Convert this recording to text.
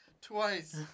twice